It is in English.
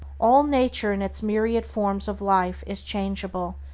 all nature in its myriad forms of life is changeable,